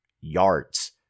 yards